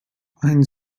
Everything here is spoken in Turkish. aynı